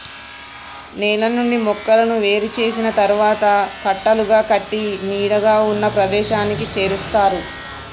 నేల నుండి మొక్కలను ఏరు చేసిన తరువాత కట్టలుగా కట్టి నీడగా ఉన్న ప్రదేశానికి చేరుస్తారు